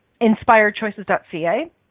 inspiredchoices.ca